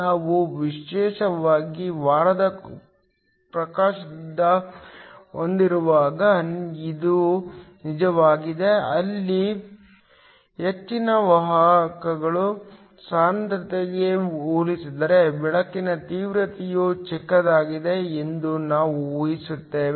ನಾವು ವಿಶೇಷವಾಗಿ ವಾರದ ಪ್ರಕಾಶವನ್ನು ಹೊಂದಿರುವಾಗ ಇದು ನಿಜವಾಗಿದೆ ಅಲ್ಲಿ ಹೆಚ್ಚಿನ ವಾಹಕಗಳ ಸಾಂದ್ರತೆಗೆ ಹೋಲಿಸಿದರೆ ಬೆಳಕಿನ ತೀವ್ರತೆಯು ಚಿಕ್ಕದಾಗಿದೆ ಎಂದು ನಾವು ಊಹಿಸುತ್ತೇವೆ